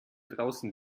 draußen